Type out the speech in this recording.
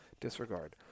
Disregard